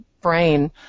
brain